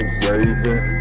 raving